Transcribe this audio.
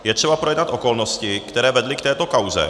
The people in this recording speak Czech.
Je třeba projednat okolnosti, které vedly k této kauze.